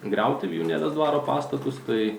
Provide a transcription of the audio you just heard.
griauti vijūnėlės dvaro pastatus tai